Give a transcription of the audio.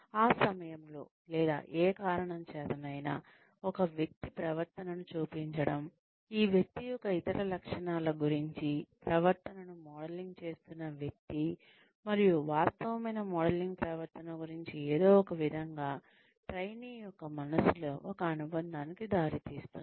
ఆ సమయంలో లేదా ఏ కారణం చేతనైనా ఒక వ్యక్తి ప్రవర్తనను చూపించడం ఈ వ్యక్తి యొక్క ఇతర లక్షణాల గురించి ప్రవర్తనను మోడలింగ్ చేస్తున్న వ్యక్తి మరియు వాస్తవమైన మోడల్ ప్రవర్తన గురించి ఏదో ఒకవిధంగా ట్రైనీ యొక్క మనస్సులో ఒక అనుబంధానికి దారితీస్తుంది